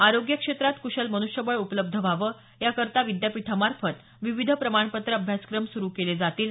आरोग्य क्षेत्रात कुशल मनुष्यबळ उपलब्ध व्हावं या करता विद्यापीठामार्फत विविध प्रमाणपत्र अभ्यासक्रम सुरू केले जातील